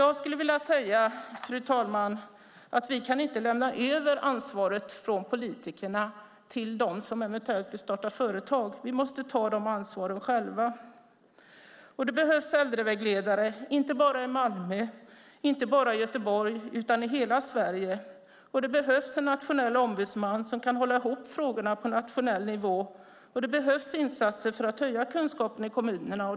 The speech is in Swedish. Herr talman! Vi kan inte lämna över ansvaret från politikerna till dem som eventuellt vill starta företag. Vi måste ta det ansvaret själva. Det behövs äldrevägledare inte bara i Malmö och Göteborg utan i hela Sverige. Det behövs en nationell ombudsman som kan hålla ihop frågorna på nationell nivå. Det behövs insatser för att kunna höja kunskapen i kommunerna.